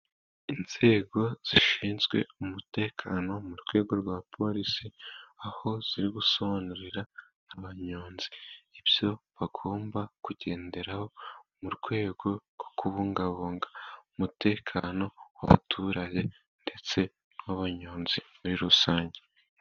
Inzego zishinzwe umutekano mu rwego rwa polisi, aho ziri gusobanurira abanyonzi ibyo bagomba kugenderaho, mu rwego rwo kubungabunga umutekano w'abaturage, ndetse n'abanyonzi muri rusange.